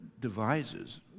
devises